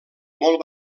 molt